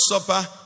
supper